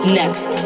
next